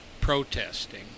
protesting